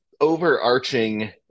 overarching –